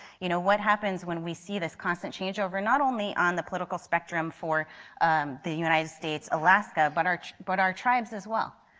you know what happens when we see this constant changeover not only on the political spectrum for the united states, alaska, but our but our tribes as well.